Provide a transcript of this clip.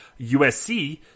USC